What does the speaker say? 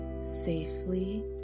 safely